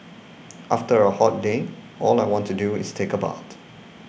after a hot day all I want to do is take a bath